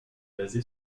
basée